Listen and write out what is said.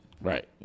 Right